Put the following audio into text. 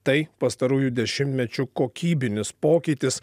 tai pastarųjų dešimtmečių kokybinis pokytis